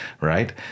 right